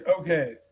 Okay